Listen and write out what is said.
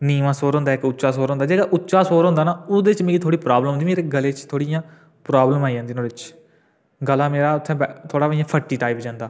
नीमां सुर होंदा इक उच्चा सुर होंदा जेह्का उच्चा सुर होंदा नां ओह्दे च मी थोह्ड़ी प्राब्लम औंदी मेरे गले च थोह्ड़ी इ'यां प्राब्लम आई जंदी नुआढ़े च गला मेरा इ'यां थोह्ड़ा ब फट्टी टाइप जंदा